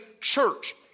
church